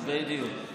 בדיוק.